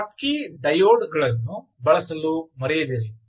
Schottky ಡಯೋಡ್ಗಳನ್ನು ಬಳಸಲು ಮರೆಯದಿರಿ